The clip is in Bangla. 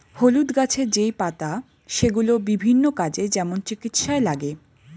হলুদ গাছের যেই পাতা সেগুলো বিভিন্ন কাজে, যেমন চিকিৎসায় লাগে